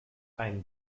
ein